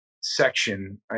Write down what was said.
section